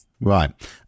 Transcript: Right